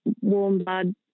warm-blood